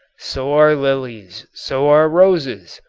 so are lilies, so are roses.